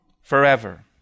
forever